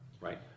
right